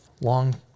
long